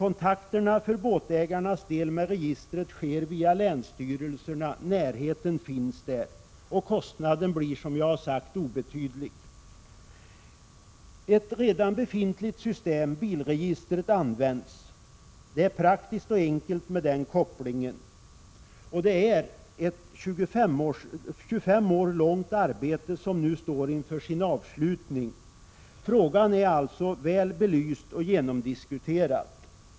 Båtägarnas kontakter med registret sker via länsstyrelserna; närheten finns där. Kostnaden blir, som jag sagt, obetydlig. Ett redan befintligt system, bilregistret, används. Det är praktiskt och enkelt med den kopplingen. Det är ett 25 år långt arbete som nu står inför sin avslutning. Frågan är alltså väl belyst och genomdiskuterad.